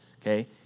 okay